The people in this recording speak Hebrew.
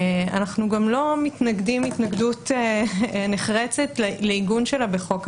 אנחנו גם לא מתנגדים התנגדות נחרצת לעיגון שלה בחוק היסוד.